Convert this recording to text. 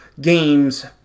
games